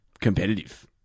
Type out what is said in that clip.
competitive